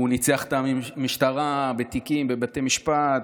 הוא ניצח את המשטרה בתיקים בבתי משפט,